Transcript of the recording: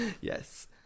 Yes